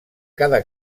cada